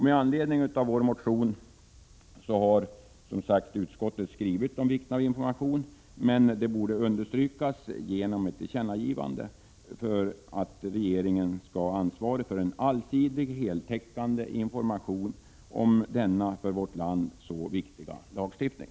Med anledning av vår motion har utskottet som sagt framhållit vikten av information, men det borde understrykas genom ett tillkännagivande att regeringen skall ha ansvaret för en allsidig och heltäckande information om denna för vårt land så viktiga lagstiftning.